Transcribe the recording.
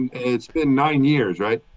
it's been nine years, right?